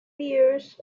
years